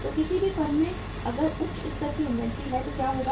तो किसी भी फर्म में अगर उच्च स्तर की इन्वेंट्री है तो क्या होगा